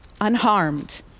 unharmed